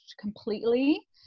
completely